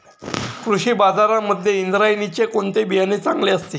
कृषी बाजारांमध्ये इंद्रायणीचे कोणते बियाणे चांगले असते?